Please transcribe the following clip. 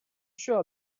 sure